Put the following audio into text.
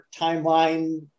timeline